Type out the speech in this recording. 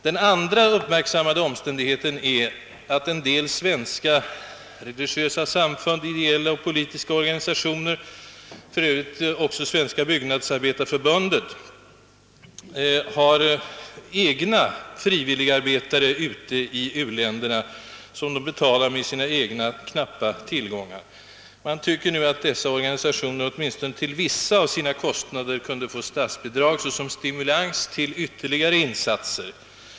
Den andra uppmärksammade omständigheten är att en del svenska religiösa samfund samt ideella och politiska ungdomsorganisationer — för Öövrigt också Svenska byggnadsarbetareförbundet — har egna frivilligarbetare i u-länderna, som de betalar med sina egna knappa tillgångar. Man tycker nu att dessa organisationer kunde få statsbidrag åtminstone till vissa av sina kostnader som stimulans till ytterligare insatser.